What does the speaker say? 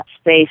space